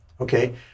okay